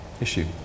issue